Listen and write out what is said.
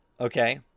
okay